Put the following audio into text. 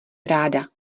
ráda